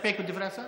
להסתפק בדברי השר?